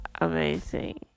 amazing